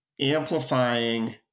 amplifying